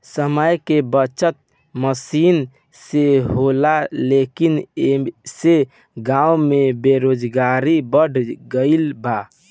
समय के बचत मसीन से होला लेकिन ऐसे गाँव में बेरोजगारी बढ़ गइल बा